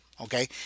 Okay